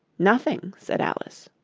nothing, said alice.